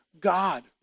God